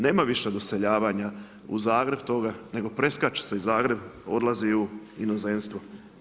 Nema više doseljavanja u Zagreb, nego preskače se i Zagreb, odlazi se u inozemstvo.